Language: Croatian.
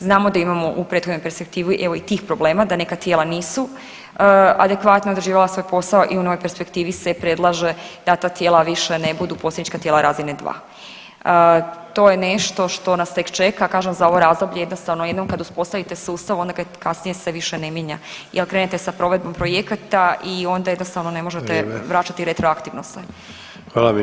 Znamo da imamo u prethodnoj perspektivi, evo i tih problema, da neka tijela nisu adekvatno odrađivala svoj posao i u novoj perspektivi se predlaže da ta tijela više ne budu posrednička tijela razine 2. To je nešto što nas tek čeka, kažem, za ovo razdoblje jednostavno, jednom kad uspostavite sustav, onda ga kasnije se više ne mijenja jer krenete sa provedbom projekata i onda jednostavno više ne možete vraćati retroaktivno sve